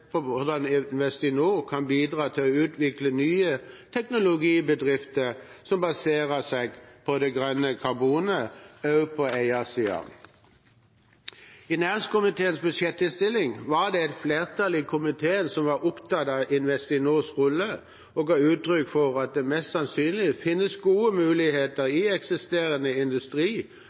på hvordan Investinor kan bidra til å utvikle nye teknologibedrifter som baserer seg på det grønne karbonet, også på eiersiden. I næringskomiteens budsjettinnstilling var det et flertall i komiteen som var opptatt av Investinors rolle, og ga uttrykk for at det mest sannsynlig finnes gode muligheter